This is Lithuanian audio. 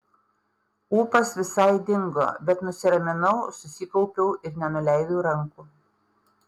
ūpas visai dingo bet nusiraminau susikaupiau ir nenuleidau rankų